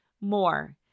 more